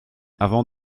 avant